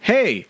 Hey